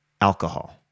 alcohol